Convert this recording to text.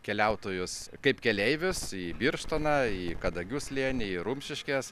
keliautojus kaip keleivius į birštoną į kadagių slėnį į rumšiškes